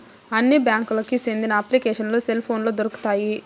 అన్ని బ్యాంకులకి సెందిన అప్లికేషన్లు సెల్ పోనులో దొరుకుతాయి